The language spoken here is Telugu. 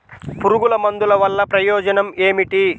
పురుగుల మందుల వల్ల ప్రయోజనం ఏమిటీ?